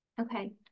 Okay